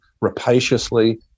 rapaciously